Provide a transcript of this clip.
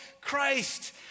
Christ